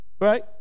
right